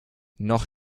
noch